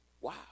Wow